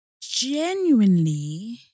Genuinely